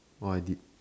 oh I did